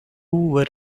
were